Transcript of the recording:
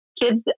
kids